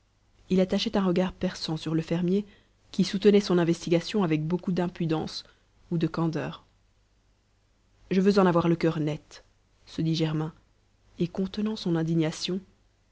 il attachait un regard perçant sur le fermier qui soutenait son investigation avec beaucoup d'impudence ou de candeur je veux en avoir le cur net se dit germain et contenant son indignation